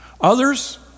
Others